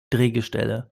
drehgestelle